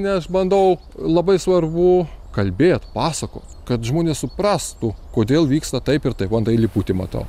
ne aš bandau labai svarbu kalbėt pasakot kad žmonės suprastų kodėl vyksta taip ir taip antai liputį matau